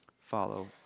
follow